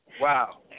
Wow